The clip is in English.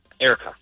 Erica